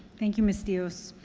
thank you, ms. dios.